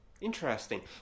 Interesting